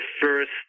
first